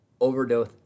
overdose